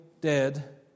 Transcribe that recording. dead